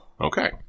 Okay